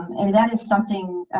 and that is something.